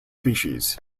species